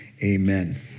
amen